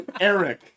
Eric